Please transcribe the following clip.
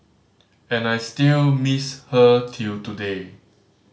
and I still miss her till today